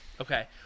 Okay